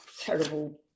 terrible